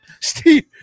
Steve